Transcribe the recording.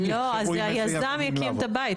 לא, זה היזם יקים את הבית.